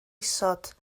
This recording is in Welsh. isod